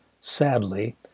sadly